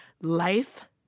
life